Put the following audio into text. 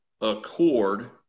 accord